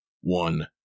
one